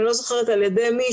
אני לא זוכרת על ידי מי,